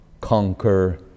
conquer